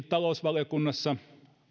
talousvaliokunnassa